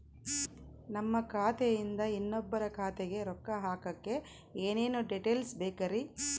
ನಮ್ಮ ಖಾತೆಯಿಂದ ಇನ್ನೊಬ್ಬರ ಖಾತೆಗೆ ರೊಕ್ಕ ಹಾಕಕ್ಕೆ ಏನೇನು ಡೇಟೇಲ್ಸ್ ಬೇಕರಿ?